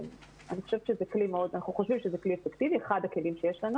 אנחנו חושבים שזה אחד הכלים האפקטיביים שיש לנו